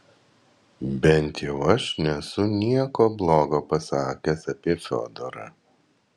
bent jau aš nesu nieko blogo pasakęs apie fiodorą